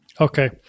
Okay